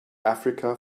africa